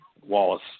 Wallace